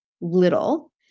little